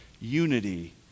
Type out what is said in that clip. unity